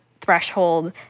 threshold